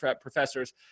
professors